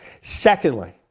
Secondly